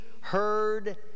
heard